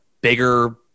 bigger